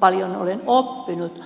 paljon olen oppinut